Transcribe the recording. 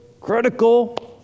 critical